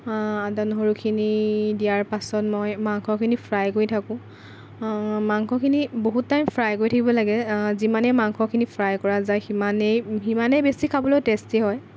আদা নহৰুখিনি দিয়াৰ পিছত মই মাংসখিনি ফ্ৰাই কৰি থাকোঁ মাংসখিনি বহুত টাইম ফ্ৰাই কৰি থাকিব লাগে যিমানে মাংসখিনি ফ্ৰাই কৰা যায় সিমানেই সিমানেই বেছি খাবলৈ টেষ্টি হয়